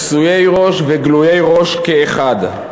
כסויי ראש וגלויי ראש כאחד.